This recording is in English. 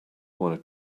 wanted